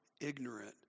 ignorant